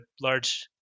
large